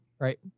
Right